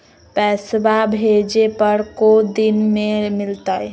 पैसवा भेजे पर को दिन मे मिलतय?